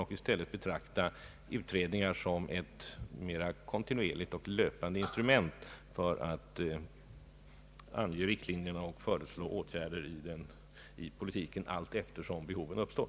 Vi bör i stället betrakta utredningar som instrument för att kontinuerligt ange riktlinjer och föreslå åtgärder i politiken, allteftersom behoven uppstår.